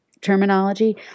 terminology